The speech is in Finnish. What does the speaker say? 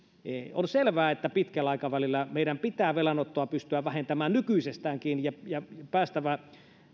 on selvää että pitkällä aikavälillä meidän pitää pystyä vähentämään velanottoa nykyisestäänkin ja ja on saatava